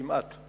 כמעט.